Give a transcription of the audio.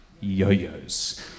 yo-yos